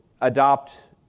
adopt